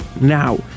Now